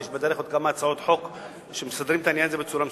יש בדרך עוד כמה הצעות חוק שמסדרות את העניין הזה בצורה מסודרת.